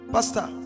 Pastor